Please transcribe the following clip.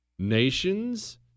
Nations